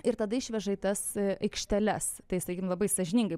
ir tada išveža į tas aikšteles tai sakykim labai sąžiningai